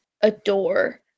adore